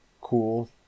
cool